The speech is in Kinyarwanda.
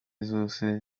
zose